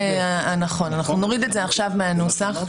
בסדר, להוריד את זה עכשיו מהנוסח,